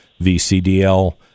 VCDL